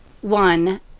one